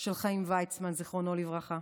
של חיים ויצמן, זיכרונו לברכה.